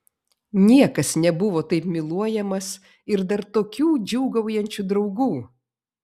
niekas nebuvo taip myluojamas ir dar tokių džiūgaujančių draugų